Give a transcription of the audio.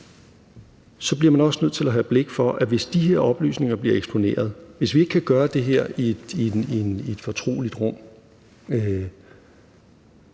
også bliver nødt til at have blik for, at hvis de her oplysninger bliver eksponeret, hvis vi ikke kan gøre det her i et fortroligt rum,